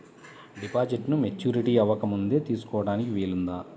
డిపాజిట్ను మెచ్యూరిటీ అవ్వకముందే తీసుకోటానికి వీలుందా?